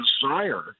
desire